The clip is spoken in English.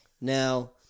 Now